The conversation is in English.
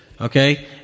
Okay